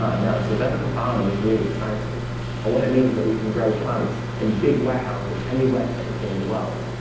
ah, no. so vertical farming is really exciting and what it means is that we can grow plants in big warehouses anywhere technically in the world.